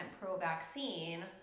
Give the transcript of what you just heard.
pro-vaccine